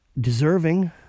Deserving